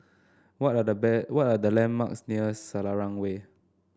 what are the what are the landmarks near Selarang Way